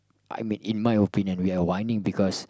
I mean in my opinion we are whining because